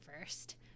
first